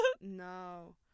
No